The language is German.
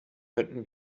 könnten